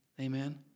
Amen